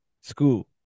school